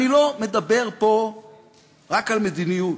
אני לא מדבר פה רק על מדיניות.